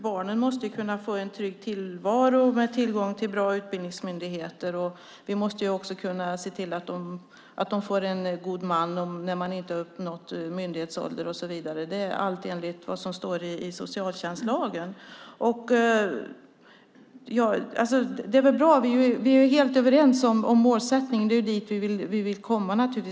Barnen måste kunna få en trygg tillvaro med tillgång till bra utbildningsmöjligheter, och vi måste också kunna se till att de får en god man om de inte uppnått myndighetsåldern och så vidare, allt enligt vad som står i socialtjänstlagen. Vi är helt överens om målsättningen, och det är naturligtvis dit vi vill komma.